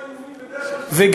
ההפחדות והאיומים בדרך כלל, וגם,